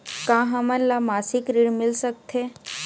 का हमन ला मासिक ऋण मिल सकथे?